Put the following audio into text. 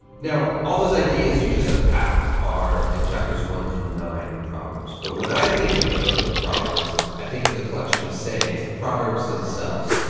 now, all those ideas you just unpacked are in chapters one through nine in proverbs, but when i think of the book of proverbs, i think of the collection of sayings, the proverbs themselves.